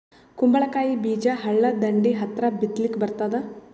ಕುಂಬಳಕಾಯಿ ಬೀಜ ಹಳ್ಳದ ದಂಡಿ ಹತ್ರಾ ಬಿತ್ಲಿಕ ಬರತಾದ?